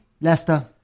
Leicester